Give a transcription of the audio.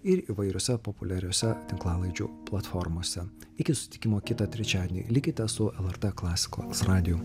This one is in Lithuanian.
ir įvairiose populiariose tinklalaidžių platformose iki susitikimo kitą trečiadienį likite su lrt klasikos radiju